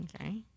Okay